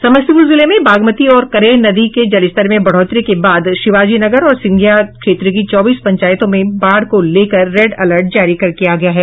समस्तीपुर जिले में बागमती और करेह नदी के जलस्तर में बढ़ोतरी के बाद शिवाजीनगर और सिंधिया क्षेत्र की चौबीस पंचायतों में बाढ़ को लेकर रेड अलर्ट जारी किया गया है